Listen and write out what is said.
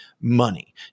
money